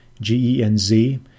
G-E-N-Z